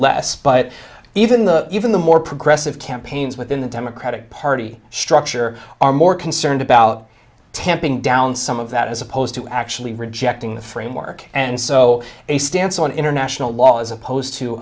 less but even the even the more progressive campaigns within the democratic party structure are more concerned about tamping down some of that as opposed to actually rejecting the framework and so a stance on international law as opposed to